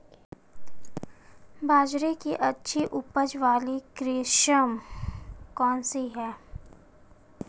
बाजरे की अच्छी उपज वाली किस्म कौनसी है?